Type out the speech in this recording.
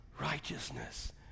righteousness